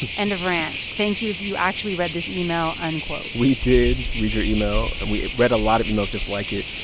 end of rant. thank you if you actually read this email. unquote we did read your email. and we read a lot of emails just like it.